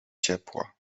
ciepła